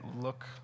look